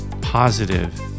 positive